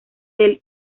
del